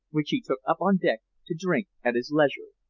which he took up on deck to drink at his leisure.